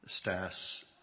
Stas